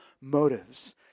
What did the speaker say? motives